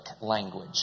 language